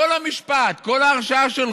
לאלה שנפלו על הרצפה ועל המדרגות שם.